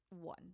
one